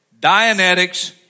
Dianetics